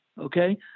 Okay